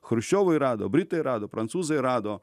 chruščiovui rado britai rado prancūzai rado